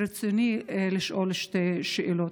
ברצוני לשאול שתי שאלות.